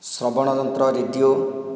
ଶ୍ରବଣ ଯନ୍ତ୍ର ରେଡ଼ିଓ